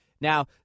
Now